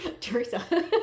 Teresa